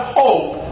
hope